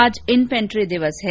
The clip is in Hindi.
आज इन्फेंट्री दिवस है